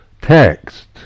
text